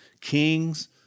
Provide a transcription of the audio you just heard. kings